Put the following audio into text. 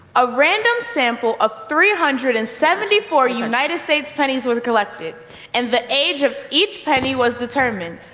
a random sample of three hundred and seventy four united states pennies were collected and the age of each penny was determined.